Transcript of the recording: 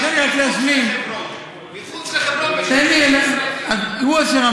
מת"ש מחוץ לחברון, מחוץ לחברון, תן לי רק להשלים.